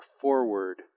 forward